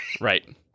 Right